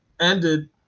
ended